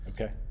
okay